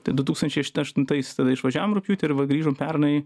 tai du tūkstančiai aš aštuntais tada išvažiavom rugpjūtį ir va grįžom pernai